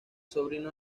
sobrino